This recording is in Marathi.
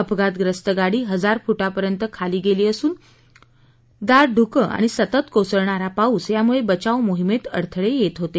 अपघातप्रस्त गाडी हजार फुटापर्यंत खाली गेली असून दाट ध्रुकं आणि सतत कोसळणारा पाऊस यामुळे बचाव मोहिमेत अडथळे येत होते